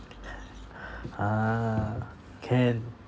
a'ah can